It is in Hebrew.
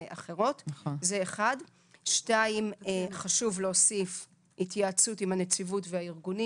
ובלבד שלא ייכנס למקום המשמש למגורים,